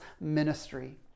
ministry